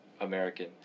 American